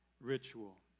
ritual